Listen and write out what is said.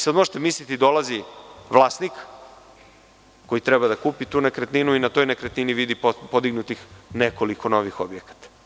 Sada dolazi vlasnik koji treba da kupi tu nekretninu i na toj nekretnini vidi podignutih nekoliko novih objekata.